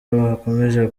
bakomeje